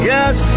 Yes